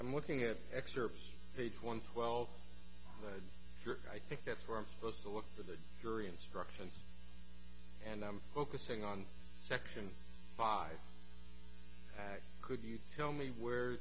i'm looking at excerpts page one twelve and i think that's where i'm supposed to look for the jury instructions and i'm focusing on section five could you tell me where